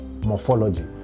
morphology